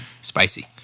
Spicy